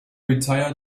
retire